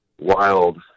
wild